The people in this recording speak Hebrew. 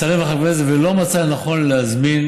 שרים וחברי כנסת ולא מצא לנכון להזמין